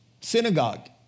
synagogue